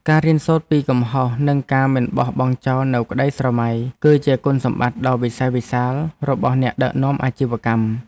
ការរៀនសូត្រពីកំហុសនិងការមិនបោះបង់ចោលនូវក្តីស្រមៃ គឺជាគុណសម្បត្តិដ៏វិសេសវិសាលរបស់អ្នកដឹកនាំអាជីវកម្ម។